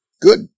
Good